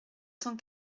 cent